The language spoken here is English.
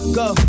go